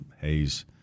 hayes